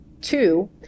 Two